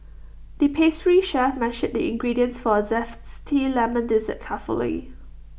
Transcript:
the pastry chef measured the ingredients for A Lemon Dessert carefully